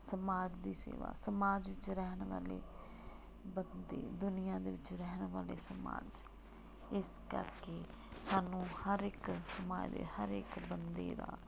ਸਮਾਜ ਦੀ ਸੇਵਾ ਸਮਾਜ ਵਿੱਚ ਰਹਿਣ ਵਾਲੇ ਬੰਦੇ ਦੁਨੀਆਂ ਦੇ ਵਿੱਚ ਰਹਿਣ ਵਾਲੇ ਸਮਾਜ ਇਸ ਕਰਕੇ ਸਾਨੂੰ ਹਰ ਇੱਕ ਸਮਾਜ ਹਰ ਇਕ ਬੰਦੇ ਦਾ